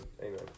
amen